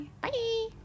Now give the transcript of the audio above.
Bye